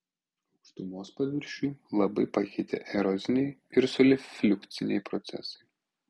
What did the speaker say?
aukštumos paviršių labai pakeitė eroziniai ir solifliukciniai procesai